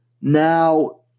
now